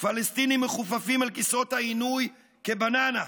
פלסטינים מכופפים על כיסאות העינוי כבננה.